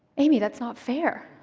aimee, that's not fair.